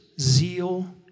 zeal